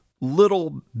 little